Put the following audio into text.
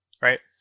Right